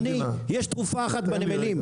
אדוני, יש תרופה אחת בנמלים.